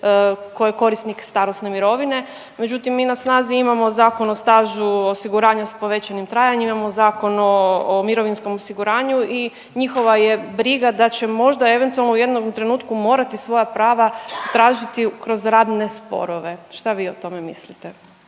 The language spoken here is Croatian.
tko je korisnik starosne mirovine. Međutim, mi na snazi imamo Zakon o stažu osiguranja s povećanim trajanjem, imamo Zakon o mirovinskom osiguranju i njihova je briga da će možda eventualno u jednom trenutku morati svoja prava tražiti kroz radne sporove. Što vi o tome mislite?